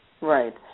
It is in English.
Right